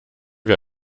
wir